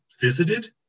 visited